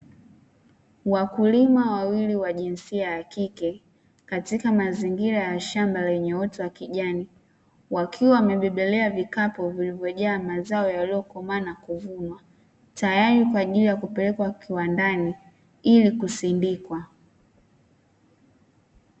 Wakulima wawili wa jinsia ya kike katika mazingira ya shamba lenye wote wa kijani wakiwa wamebebelea vikapu vilivyojaa mazao yaliyokomana kuvunwa tayari kwa ajili ya kupelekwa kiwandani ili kusindikwa.